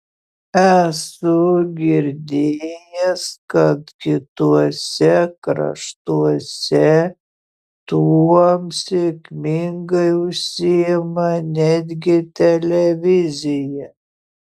esu girdėjęs kad kituose kraštuose tuom sėkmingai užsiima netgi televizija